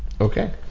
Okay